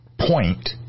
point